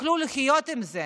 תוכלו לחיות עם זה?